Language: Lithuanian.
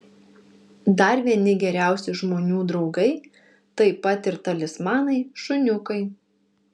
dar vieni geriausi žmonių draugai taip pat ir talismanai šuniukai